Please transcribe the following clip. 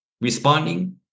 responding